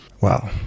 Wow